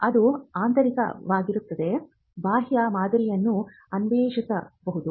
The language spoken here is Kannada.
ಅದು ಆಂತರಿಕವಾಗಿರದಿದ್ದರೆ ಬಾಹ್ಯ ಮಾದರಿಯನ್ನು ಅನ್ವೇಷಿಸಬಹುದು